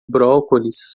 brócolis